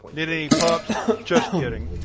need any pups? just kidding,